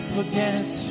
Forget